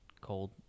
cold